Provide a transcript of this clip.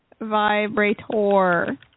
Vibrator